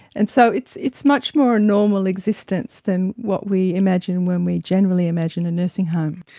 and so it's it's much more a normal existence than what we imagine when we generally imagine a nursing home.